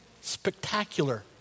spectacular